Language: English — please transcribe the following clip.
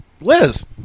liz